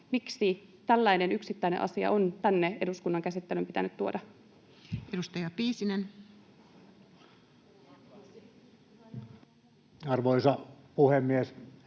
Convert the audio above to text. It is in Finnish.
miksi tällainen yksittäinen asia on tänne eduskunnan käsittelyyn pitänyt tuoda. Edustaja Piisinen. [Pia Lohikoski: